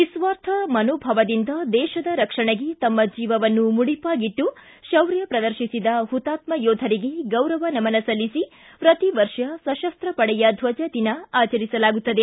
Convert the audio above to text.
ನಿಸ್ವಾರ್ಥ ಮನೋಭಾವದಿಂದ ದೇಶದ ರಕ್ಷಣೆಗೆ ತಮ್ಮ ಜೀವವನ್ನು ಮುಡಿಪಾಗಿಟ್ಟು ಶೌರ್ಯ ಪ್ರದರ್ತಿಸಿದ ಹುತಾತ್ಮ ಯೋಧರಿಗೆ ಗೌರವ ನಮನ ಸಲ್ಲಿಸಿ ಪ್ರತಿ ವರ್ಷ ಸಶಸ್ತ ಪಡೆಯ ಧ್ವಜ ದಿನ ಆಚರಿಸಲಾಗುತ್ತದೆ